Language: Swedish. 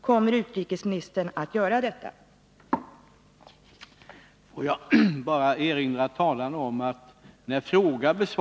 Kommer utrikesministern att verka för att länderna i området ger flyktingarna den status de har rätt att kräva?